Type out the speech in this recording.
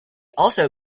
also